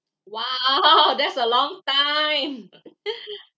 !wow! that's a long time